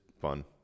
fun